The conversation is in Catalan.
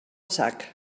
sac